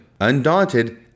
Undaunted